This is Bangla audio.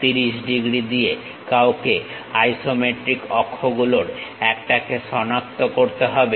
30 ডিগ্রী দিয়ে কাউকে আইসোমেট্রিক অক্ষগুলোর একটাকে সনাক্ত করতে হবে